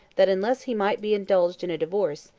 that unless he might be indulged in a divorce,